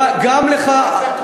גם לך, זה קשה לך.